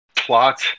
plot